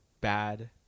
Bad